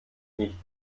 nicht